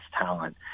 talent